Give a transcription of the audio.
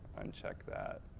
uncheck that,